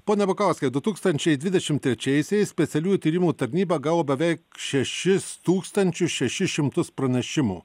pone bukauskai du tūkstančiai dvidešim trečiaisiais specialiųjų tyrimų tarnyba gavo beveik šešis tūkstančius šešis šimtus pranešimų